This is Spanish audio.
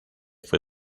fue